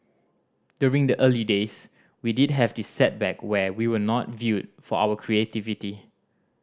during the early days we did have this setback where we were not viewed for our creativity